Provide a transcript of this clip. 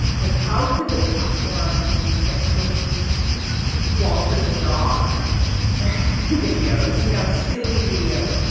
like how could the platform that hosts walter the dog videos, you know, silly videos,